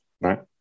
Right